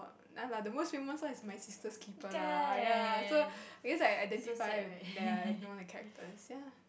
no lah the most famous one is My Sister's Keeper lah ya because I can identify they are no the characters